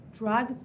drug